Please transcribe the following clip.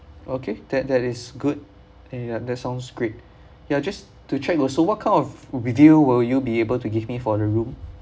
okay that that is good and that sounds great ya just to check also what kind of view will you be able to give me for the room